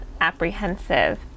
apprehensive